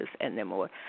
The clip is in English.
anymore